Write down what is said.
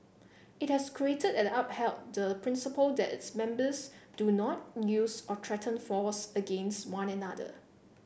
it has created and upheld the principle that its members do not use or threaten force against one another